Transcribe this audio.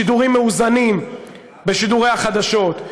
שידורים מאוזנים בשידורי החדשות,